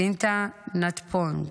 פינטה נטפונג,